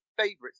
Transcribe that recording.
favorites